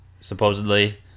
supposedly